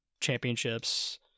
championships